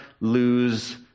lose